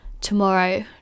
tomorrow